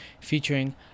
featuring